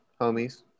homies